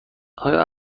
آیا